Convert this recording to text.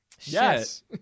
Yes